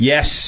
Yes